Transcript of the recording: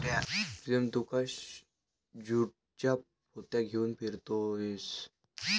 प्रीतम तू का ज्यूटच्या पोत्या घेऊन फिरतोयस